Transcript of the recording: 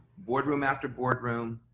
board room after board room,